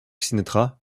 sinatra